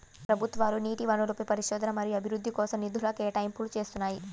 ప్రభుత్వాలు నీటి వనరులపై పరిశోధన మరియు అభివృద్ధి కోసం నిధుల కేటాయింపులు చేస్తున్నాయి